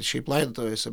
šiaip laidotuvėse